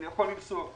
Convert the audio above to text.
אני יכול למסור: